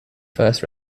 first